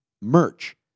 merch